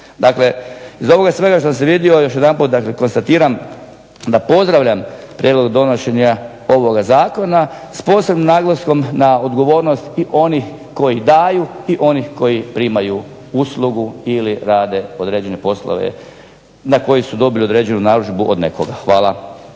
Dakle iz ovoga svega što sam …/Govornik se ne razumije./… još jedanput dakle konstatiram da pozdravljam prijedlog donošenja ovoga zakona, s posebnim naglaskom na odgovornost i onih koji daju i onih koji primaju uslugu ili rade određene poslove na koji su dobili određenu narudžbu od nekoga. Hvala.